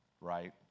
right